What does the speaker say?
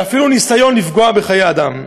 ואפילו ניסיון לפגוע בחיי אדם.